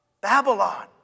Babylon